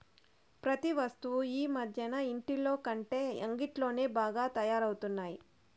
ప్రతి వస్తువు ఈ మధ్యన ఇంటిలోకంటే అంగిట్లోనే బాగా తయారవుతున్నాయి